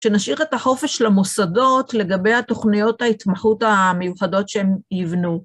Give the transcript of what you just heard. שנשאיר את החופש למוסדות לגבי התוכניות ההתמחות המיוחדות שהם יבנו.